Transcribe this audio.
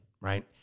Right